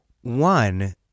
One